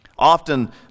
Often